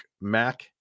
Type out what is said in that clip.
Mac